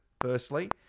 firstly